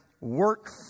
work